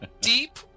deep